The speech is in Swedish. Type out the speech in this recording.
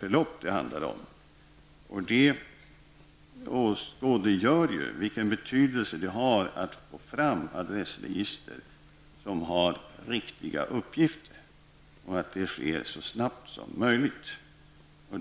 belopp det handlar om. Det åskådliggör vilken betydelse det har att få fram adressregister som har riktiga uppgifter och att det sker så snabbt som möjligt.